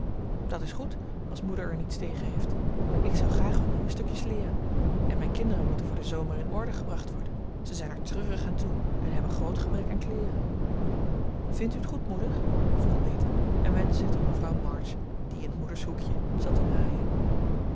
dat is goed als moeder er niets tegen heeft ik zou graag wat nieuwe stukjes leeren en mijn kinderen moeten voor den zomer in orde gebracht worden ze zijn er treurig aan toe en hebben groot gebrek aan kleeren vindt u het goed moeder vroeg meta en wendde zich tot mevrouw march die in moedershoekje zat te naaien